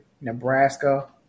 Nebraska